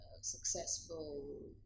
successful